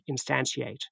instantiate